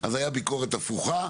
אז הייתה ביקורת הפוכה.